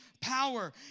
power